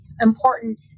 important